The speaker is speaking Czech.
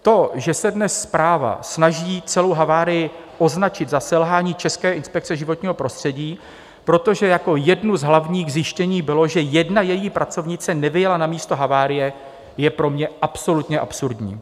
To, že se dnes zpráva snaží celou havárii označit za selhání České inspekce životního prostředí, protože jako jedno z hlavních zjištění bylo, že jedna její pracovnice nevyjela na místo havárie, je pro mě absolutně absurdní.